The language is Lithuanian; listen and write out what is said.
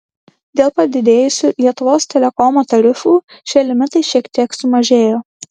dėl padidėjusių lietuvos telekomo tarifų šie limitai šiek tiek sumažėjo